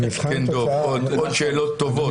יש לו עוד שאלות טובות,